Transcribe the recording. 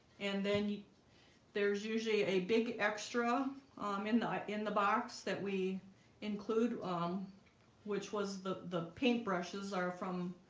and then there's usually a big extra um in the in the box that we include um which was the the paint brushes are from?